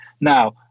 Now